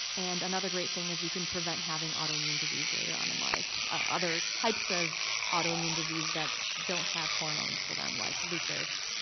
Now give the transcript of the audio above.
and another great thing is you can prevent having autoimmune disease later on in life, other types of autoimmune disease that don't have hormones for them like lupus,